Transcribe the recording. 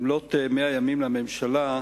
במלאות 100 ימים לממשלה,